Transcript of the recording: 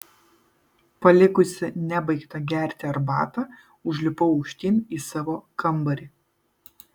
palikusi nebaigtą gerti arbatą užlipau aukštyn į savo kambarį